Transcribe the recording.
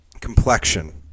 Complexion